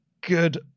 good